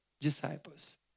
disciples